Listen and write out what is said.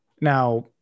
Now